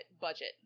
budget